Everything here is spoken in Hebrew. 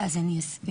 אז אני אסביר.